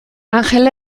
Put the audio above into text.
angel